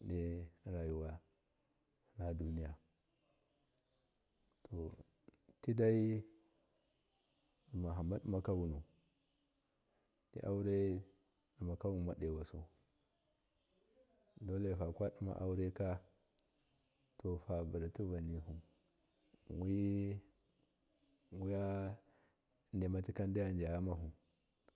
de rayuwa na duniya to tidaidimahamba dimaka wunu ti aure dimawun mado wasu dole fakabi dima aureka faburatuvannihu wi, waya demaki deyada yamahu.